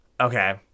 Okay